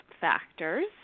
factors